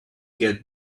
get